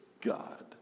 God